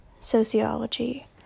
sociology